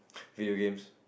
video games